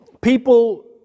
people